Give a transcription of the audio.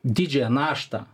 didžiąją naštą